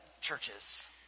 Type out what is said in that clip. churches